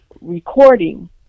recording